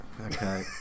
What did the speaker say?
Okay